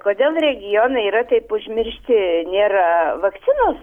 kodėl regionai yra taip užmiršti nėra vakcinos